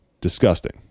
disgusting